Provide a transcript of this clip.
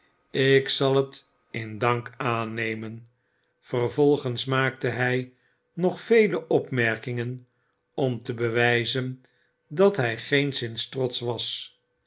ik zal het in dank aannemen vervolgens maakte hij nog vele opmerkingen om te bewijzen dat hij geenszins trotsch was